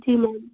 जी ma'am